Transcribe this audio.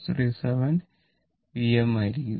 637 Vm ആയിരിക്കും